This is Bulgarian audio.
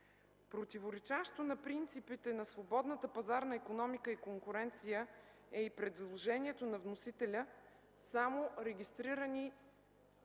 Противоречащо на принципите на свободната пазарна икономика и конкуренция е и предложението на вносителя само регистрирани